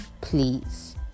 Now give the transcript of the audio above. please